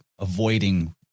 avoiding